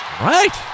Right